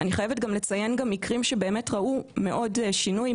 אני חייבת לציין גם מקרים שבאמת ראו המון שינוי.